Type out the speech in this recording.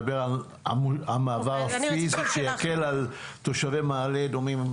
המעבר הפיסי שיקל על תושבי מעלה אדומים,